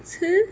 吃